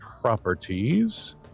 properties